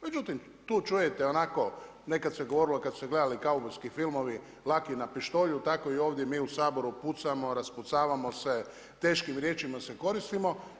Međutim tu čujete onako, nekad se govorilo kada se gledali kaubojski filmovi laki na pištolju, tako i mi ovdje u Saboru pucamo, a raspucavamo se teškim riječima se koristimo.